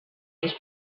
més